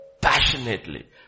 passionately